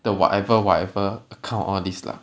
the whatever whatever account all this lah